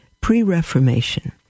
pre-Reformation